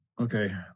Okay